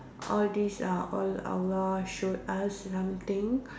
all these are all Allah showed us something